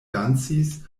dancis